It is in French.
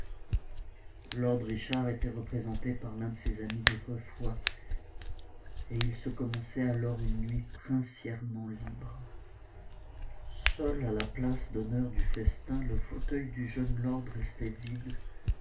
lord richard était représenté par l'un de ses amis d'autrefois et il se commençait alors une nuit princièrement libre seul à la place d'honneur du festin le fauteuil du jeune lord restait vide